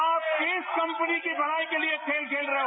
आप किस कपनी की भलाई के लिए खेल खेल रहे हो